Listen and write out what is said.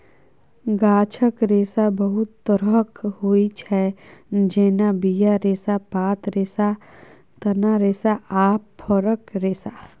गाछक रेशा बहुत तरहक होइ छै जेना बीया रेशा, पात रेशा, तना रेशा आ फरक रेशा